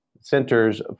Centers